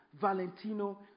Valentino